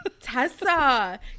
Tessa